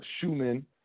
Schumann